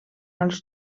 als